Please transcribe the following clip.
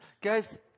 Guys